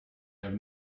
have